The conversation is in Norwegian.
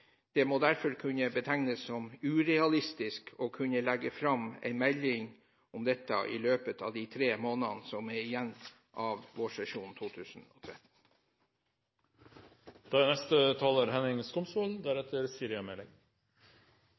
Det må derfor kunne betegnes som urealistisk at man skal kunne legge fram en melding om dette i løpet av de tre månedene som er igjen av